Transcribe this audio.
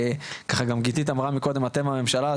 ככה גם גיתית אמרה קודם אתם הממשלה,